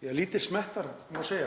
t.d. lítils metnar, má segja,